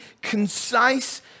concise